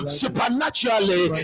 supernaturally